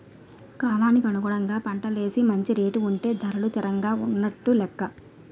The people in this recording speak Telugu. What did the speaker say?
కాలానుగుణంగా పంటలేసి మంచి రేటు ఉంటే ధరలు తిరంగా ఉన్నట్టు నెక్క